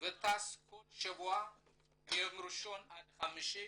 וטס כל שבוע מיום ראשון עד חמישי,